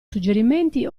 suggerimenti